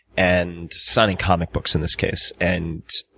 and signing comic books, in this case. and